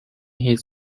his